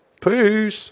Peace